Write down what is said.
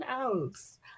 else